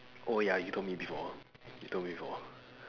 oh ya you told me before you told me before